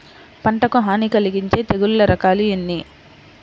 పంటకు హాని కలిగించే తెగుళ్ల రకాలు ఎన్ని?